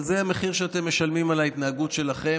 אבל זה המחיר שאתם משלמים על ההתנהגות שלכם.